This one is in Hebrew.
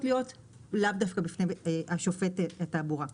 להיות לאו דווקא בפני שופט לענייני תעבורה.